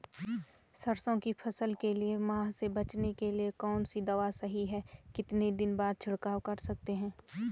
सरसों की फसल के लिए माह से बचने के लिए कौन सी दवा सही है कितने दिन बाद छिड़काव कर सकते हैं?